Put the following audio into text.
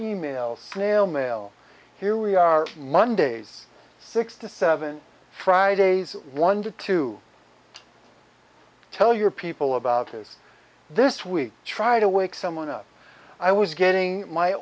email snail mail here we are mondays six to seven fridays one to two tell your people about is this week try to wake someone up i was getting my